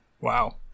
Wow